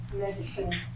medicine